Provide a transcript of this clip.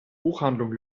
buchhandlung